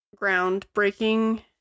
groundbreaking